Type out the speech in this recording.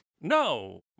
No